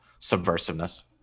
subversiveness